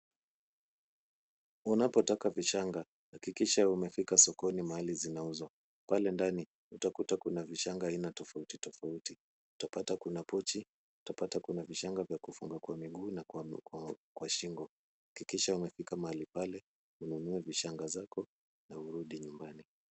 Unapotaka vishanga hakikisha umefika sokoni mahali zinauzwa . Pale ndani utakuta kuna vishanga aina tofauti tofauti. Utapata kuna pochi, utapata kuna vishanga vya kufunga kwa miguu na kwa shingo. Hakikisha umefika mahali pale ununue vishanga zako na urudi nyumbani.